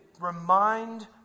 remind